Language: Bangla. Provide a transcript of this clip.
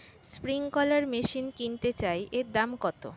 স্প্রিংকলার মেশিন কিনতে চাই এর দাম কত?